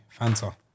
Fanta